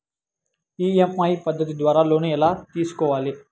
EMI పద్ధతి ద్వారా loan ఎలా తీసుకోవాలి